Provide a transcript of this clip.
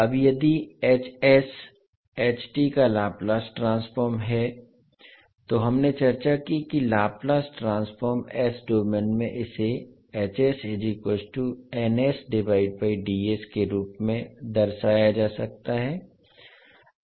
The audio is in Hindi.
अब यदि का लाप्लास ट्रांसफ़ॉर्म है तो हमने चर्चा की कि लाप्लास ट्रांसफ़ॉर्म s डोमेन में इसे के रूप में दर्शाया जा सकता है